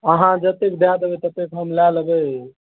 अहाँ जतेक दए देबै ततेक हम लए लेबै